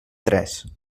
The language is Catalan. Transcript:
tres